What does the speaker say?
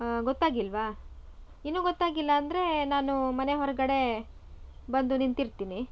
ಗೊತ್ತಾಗಿಲ್ಲವಾ ಇನ್ನೂ ಗೊತ್ತಾಗಿಲ್ಲ ಅಂದರೆ ನಾನು ಮನೆ ಹೊರಗಡೆ ಬಂದು ನಿಂತಿರ್ತೀನಿ